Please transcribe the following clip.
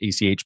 ACH